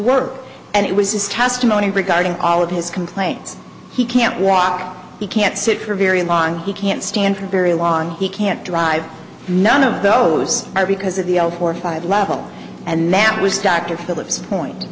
work and it was his testimony regarding all of his complaints he can't walk he can't sit for very long he can't stand for very long he can't drive none of those are because of the